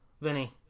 Vinny